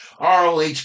ROH